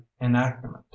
enactment